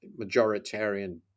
majoritarian